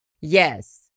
Yes